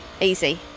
easy